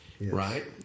right